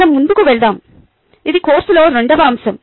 మనం ముందుకు వెళ్దాం ఇది కోర్సులో రెండవ అంశం